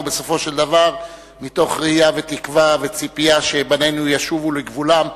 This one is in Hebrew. ובסופו של דבר מתוך ראייה ותקווה וציפייה בנינו ישובו לגבולם.